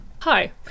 Hi